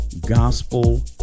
gospel